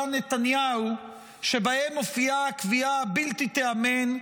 נתניהו שבהם מופיעה הקביעה שלא תיאמן: